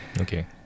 Okay